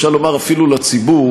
אפשר לומר אפילו לציבור